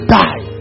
die